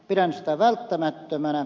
pidän sitä välttämättömänä